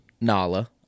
Nala